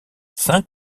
saint